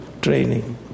training